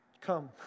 come